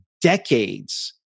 decades